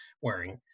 wearing